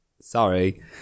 sorry